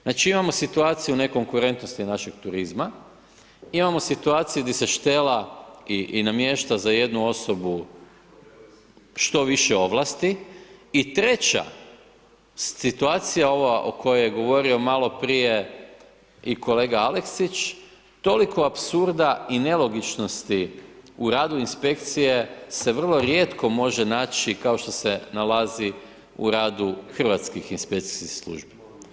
Znači imamo situaciju nekonkurentnosti našeg turizma, imamo situacije gdje se štela i namješta za jednu osobu što više ovlasti, i treća situacija ova o kojoj je govorio malo prije i kolega Aleksić, toliko apsurda i nelogičnosti u radu inspekcije se vrlo rijetko može naći kao što se nalazi u radu hrvatskih inspekcijskih službi.